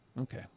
okay